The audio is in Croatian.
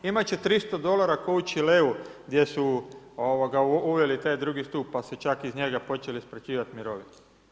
Imati će 300 dolara kao u Čileu gdje su uveli taj drugi stup pa su čak iz njega počeli isplaćivati mirovine.